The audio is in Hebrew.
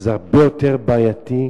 שזה הרבה יותר בעייתי,